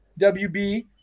WB